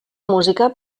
música